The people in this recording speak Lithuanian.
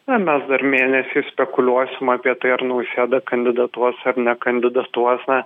na mes dar mėnesį spekuliuosim apie tai ar nausėda kandidatuos ar nekandidatuos na